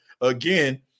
again